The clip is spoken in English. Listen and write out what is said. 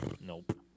Nope